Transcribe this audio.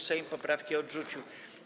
Sejm poprawki odrzucił.